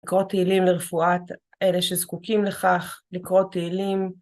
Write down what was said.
לקרוא תהילים לרפואת, אלה שזקוקים לכך לקרוא תהילים.